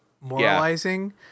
moralizing